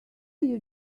you